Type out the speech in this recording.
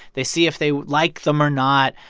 they see if they like them or not.